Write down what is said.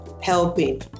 helping